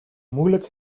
moeilijk